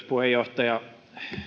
puheenjohtaja